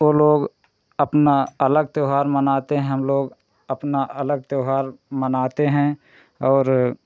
वो लोग अपना अलग त्यौहार मनाते हैं हम लोग अपना अलग त्यौहार मनाते हैं और